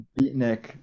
beatnik